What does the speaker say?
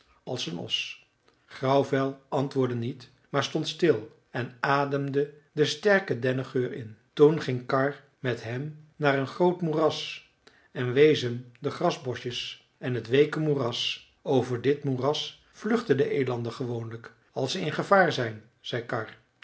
als een os grauwvel antwoordde niet maar stond stil en ademde den sterken dennengeur in toen ging karr met hem naar een groot moeras en wees hem de grasboschjes en het weeke moeras over dit moeras vluchten de elanden gewoonlijk als ze in gevaar zijn zei karr